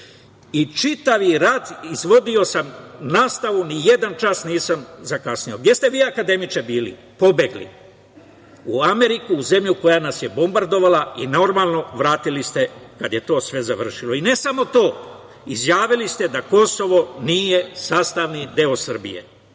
i čitav rat izvodio sam nastavu, nijedan čas nisam zakasnio. Gde ste vi, akademiče, bili? Pobegli u Ameriku, u zemlju koja nas je bombardovala i normalno ste se vratili kada je to sve završeno. I ne samo to, izjavili ste da Kosovo nije sastavni deo Srbije. Na